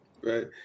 Right